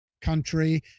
country